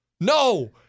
No